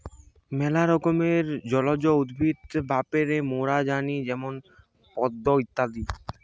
ম্যালা রকমের জলজ উদ্ভিদ ব্যাপারে মোরা জানি যেমন পদ্ম ইত্যাদি